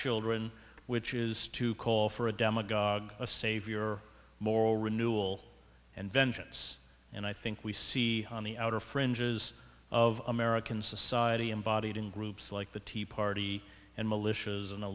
children which is to call for a demagogue a savior moral renewal and vengeance and i think we see on the outer fringes of american society embodied in groups like the tea party and militias an